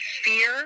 fear